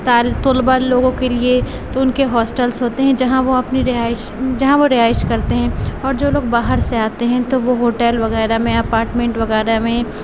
طال طلباء لوگوں کے لیے تو ان کے ہاسٹلس ہوتے ہیں جہاں وہ اپنی رہائش جہاں وہ رہائش کرتے ہیں اور جو لوگ باہر سے آتے ہیں تو وہ ہوٹل وغیرہ میں اپارٹمنٹ وغیرہ میں